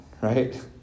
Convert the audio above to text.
right